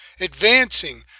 Advancing